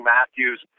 Matthews